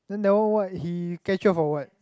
then that one what he catch up for what